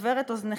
אסבר את אוזנכם,